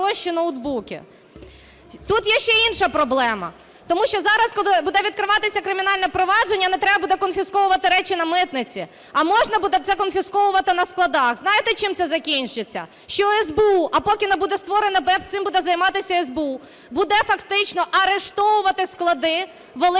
Тут є ще інша проблема. Тому що зараз, коли буде відкриватись кримінальне провадження не треба буде конфісковувати речі на митниці, а можна це буде конфісковувати це на складах. Знаєте, чим це закінчиться? Що СБУ, а поки не буде створена БЕБ цим буде займатися СБУ, буде фактично арештовувати склади великих